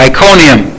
Iconium